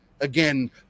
again